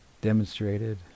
demonstrated